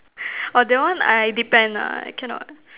orh that one I depend lah I cannot